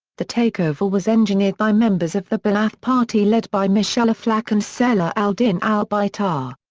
the takeover was engineered by members of the ba'ath party led by michel aflaq and salah al-din al-bitar.